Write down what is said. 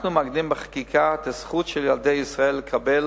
אנחנו מעגנים בחקיקה את הזכות של ילדי ישראל לקבל